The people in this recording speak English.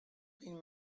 been